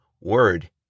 word